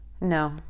No